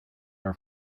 our